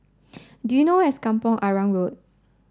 do you know where is Kampong Arang Road